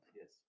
Yes